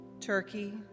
Turkey